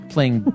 Playing